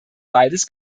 waldes